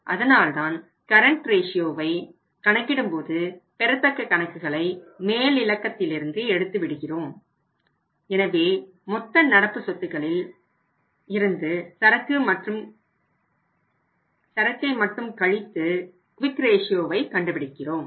அதனால்தான் கரன்ட் ரேஷியோவை கண்டுபிடிக்கிறோம்